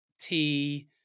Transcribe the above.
tea